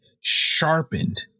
sharpened